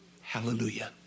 Hallelujah